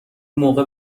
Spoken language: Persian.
موقع